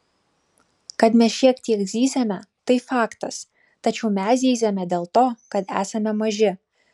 kad mes šiek tiek zyziame tai faktas tačiau mes zyziame dėl to kad esame maži